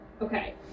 Okay